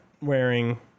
wearing